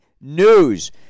news